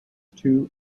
two